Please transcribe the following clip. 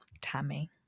Tammy